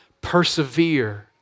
persevere